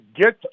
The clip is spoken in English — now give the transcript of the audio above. get